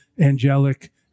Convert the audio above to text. angelic